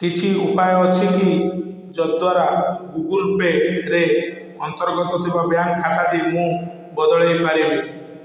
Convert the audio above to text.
କିଛି ଉପାୟ ଅଛି କି ଯଦ୍ୱାରା ଗୁଗଲ୍ ପେରେ ଅନ୍ତର୍ଗତ ଥିବା ବ୍ୟାଙ୍କ୍ ଖାତାଟି ମୁଁ ବଦଳେଇ ପାରେ